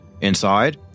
Inside